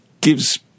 gives